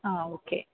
ആ ഓക്കെ